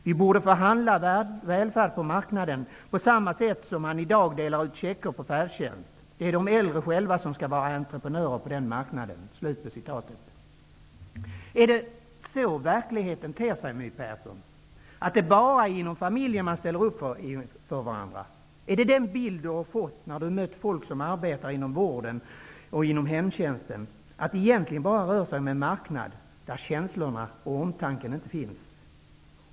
Vi borde få handla välfärd på marknaden på samma sätt som man i dag delar ut checker på färdtjänst. Det är de äldre själva som skall vara entreprenörer på den marknaden.'' Är det så verkligheten ter sig, My Persson, att det bara är inom familjen man ställer upp för varandra? Är det den bild du fått när du mött folk som arbetar inom vården och inom hemtjänsten, att det egentligen bara rör sig om en marknad där känslorna och omtanken inte finns?